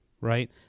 right